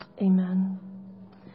amen